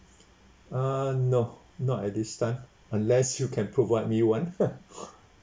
err no not at this time unless you can provide me one